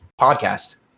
podcast